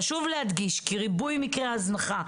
חשוב להדגיש כי ריבוי מקרי ההזנחה,